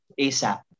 ASAP